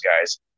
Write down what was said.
guys